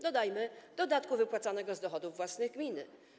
Dodajmy: dodatku wypłacanego z dochodów własnych gminy.